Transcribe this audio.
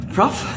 Prof